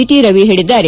T Ravi ಹೇಳಿದ್ದಾರೆ